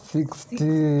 Sixty